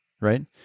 right